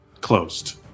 closed